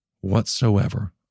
whatsoever